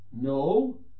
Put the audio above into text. no